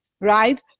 right